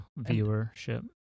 viewership